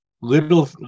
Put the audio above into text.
little